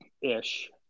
ish